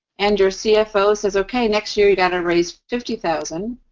and your cfo says, okay, next year, you gotta raise fifty thousand